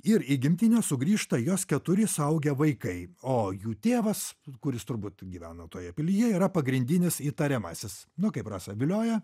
ir į gimtinę sugrįžta jos keturi suaugę vaikai o jų tėvas kuris turbūt gyvena toje pilyje yra pagrindinis įtariamasis nu kaip rasa vilioja